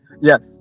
Yes